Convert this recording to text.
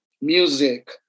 music